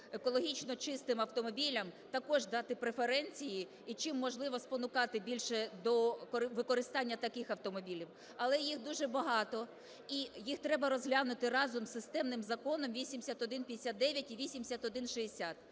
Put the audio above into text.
екологічно чистим автомобілям також дати преференції і чим можливо спонукати більше до використання таких автомобілів. Але їх дуже багато, і їх треба розглянути разом із системним законом 8159 і 8160.